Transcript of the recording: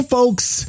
Folks